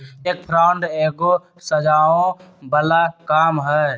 cheque fraud एगो सजाओ बला काम हई